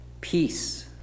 Peace